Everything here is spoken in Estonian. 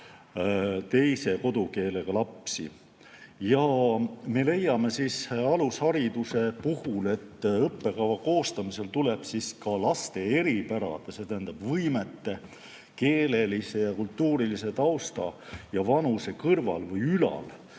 teise kodukeelega lapsi, ja me leiame alushariduse puhul, et õppekava koostamisel tuleb ka laste eripärade, see tähendab võimete, keelelise ja kultuurilise tausta ja vanuse kõrval või ülal